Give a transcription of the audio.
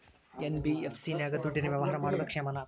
NBFC ನಾಗ ದುಡ್ಡಿನ ವ್ಯವಹಾರ ಮಾಡೋದು ಕ್ಷೇಮಾನ?